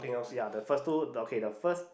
ya the first two the okay the first